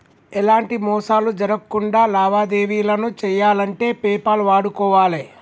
ఎలాంటి మోసాలు జరక్కుండా లావాదేవీలను చెయ్యాలంటే పేపాల్ వాడుకోవాలే